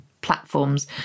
platforms